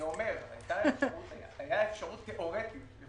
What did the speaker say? אני אומר שהייתה אפשרות תיאורטית.